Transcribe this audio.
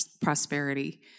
prosperity